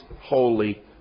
holy